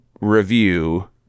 review